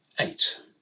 Eight